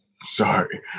Sorry